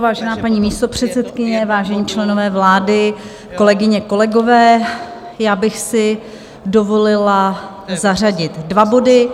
Vážená paní místopředsedkyně, vážení členové vlády, kolegyně, kolegové, já bych si dovolila zařadit dva body.